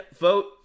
vote